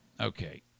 okay